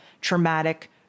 traumatic